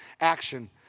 action